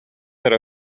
эрэ